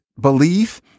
belief